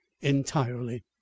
entirely